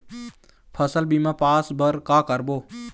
फसल बीमा पास बर का करबो?